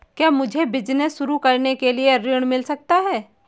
क्या मुझे बिजनेस शुरू करने के लिए ऋण मिल सकता है?